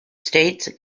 states